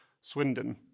Swindon